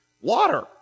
water